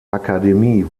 akademie